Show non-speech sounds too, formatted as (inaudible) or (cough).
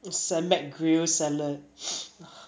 it's the mcgrill salad (noise)